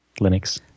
Linux